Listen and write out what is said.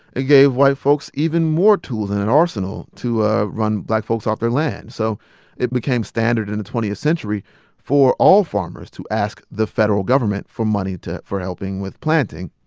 it gave white folks even more tools and an arsenal to ah run black folks off their land so it became standard in twentieth century for all farmers to ask the federal government for money for helping with planting.